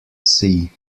see